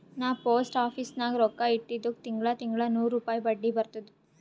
ನಾ post office ನಾಗ್ ರೊಕ್ಕಾ ಇಟ್ಟಿದುಕ್ ತಿಂಗಳಾ ತಿಂಗಳಾ ನೂರ್ ರುಪಾಯಿ ಬಡ್ಡಿ ಬರ್ತುದ್